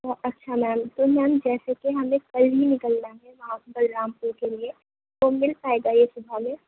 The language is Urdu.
اوہ اچھا میم تو میم جیسےکہ ہمیں کل ہی نکلنا ہے وہاں بلرامپور کے لیے تو مل پائے گا یہ صُبح میں